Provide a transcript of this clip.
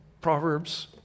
Proverbs